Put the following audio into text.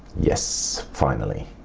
yes. finally.